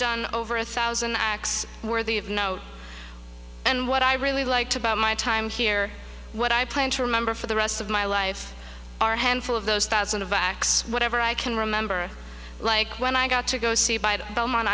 done over a thousand acts worthy of note and what i really liked about my time here what i plan to remember for the rest of my life are handful of those thousand of acts whatever i can remember like when i got to go see by